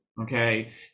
Okay